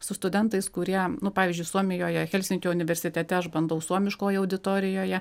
su studentais kurie nu pavyzdžiui suomijoje helsinkio universitete aš bandau suomiškoje auditorijoje